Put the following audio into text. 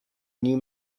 new